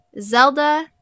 Zelda